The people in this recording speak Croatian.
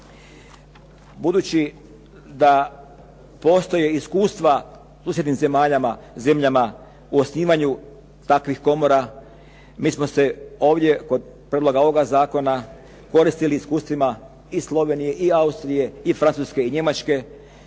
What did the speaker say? Budući da postoje iskustva u susjednim zemljama u osnivanju takvih komora mi smo se ovdje kod prijedloga ovoga zakona koristili iskustvima i Slovenije i Austrije i Francuske i Njemačke